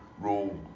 rule